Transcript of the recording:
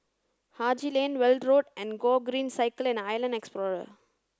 Haji Lane Weld Road and Gogreen Cycle and Island Explorer